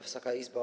Wysoka Izbo!